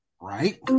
right